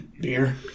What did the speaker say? Beer